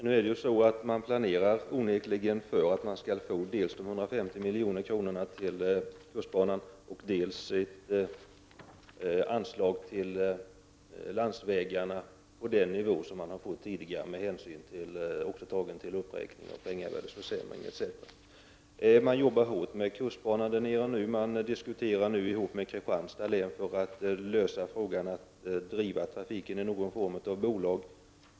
Herr talman! Man planerar onekligen för att man skall få dels 150 milj.kr. till kustbanan, dels ett anslag till landsvägarna på den nivå man har fått tidigare, också med hänsyn tagen till en uppräkning med anledning av penningvärdets försämring. Man arbetar i Blekinge hårt med upprustningen av kustbanan. Det förs diskussioner med Kristianstads län för att driva trafiken i någon form av bolag.